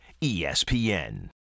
ESPN